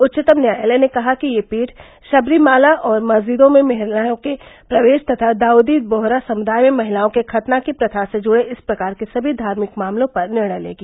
उच्चतम न्यायालय ने कहा कि यह पीठ शबरीमाला और मस्जिदों में महिलाओं के प्रवेश तथा दाऊदी बोहरा समुदाय में महिलाओं के खतना की प्रथा से जुड़े इस प्रकार के सभी धार्मिक मामलों पर निर्णय लेगी